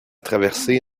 traversée